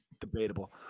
Debatable